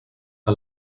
que